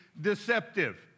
deceptive